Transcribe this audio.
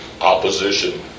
Opposition